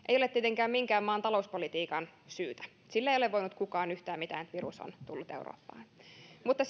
ei ole tietenkään minkään maan talouspolitiikan syytä sille ei ole voinut kukaan yhtään mitään että virus on tullut eurooppaan mutta